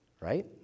right